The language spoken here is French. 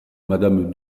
madame